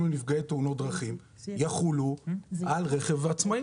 לנפגעי תאונות דרכים יחולו על רכב עצמאי,